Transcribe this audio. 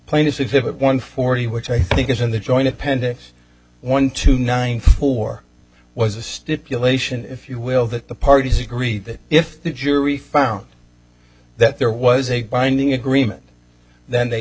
exhibit one forty which i think is in the joint appendix one two nine four was a stipulation if you will that the parties agree that if the jury found that there was a binding agreement then they